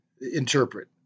interpret